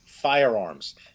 Firearms